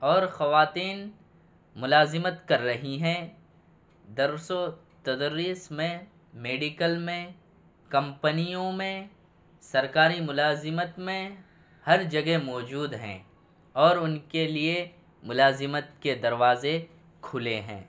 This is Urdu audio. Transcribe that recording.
اور خواتین ملازمت کر رہی ہیں درس و تدریس میں میڈیکل میں کمپنیوں میں سرکاری ملازمت میں ہر جگہ موجود ہیں اور ان کے لیے ملازمت کے دروازے کھلے ہیں